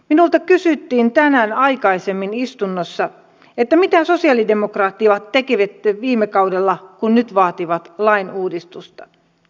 minulta kysyttiin tänään aikaisemmin istunnossa mitä sosialidemokraatit tekivät viime kaudella kun nyt vaativat lainuudistusta